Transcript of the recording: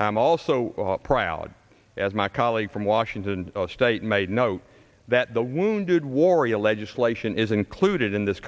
i am also proud as my colleague from washington state made note that the wounded warrior legislation is included in this